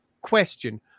question